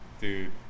Dude